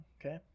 Okay